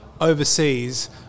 overseas